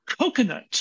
coconut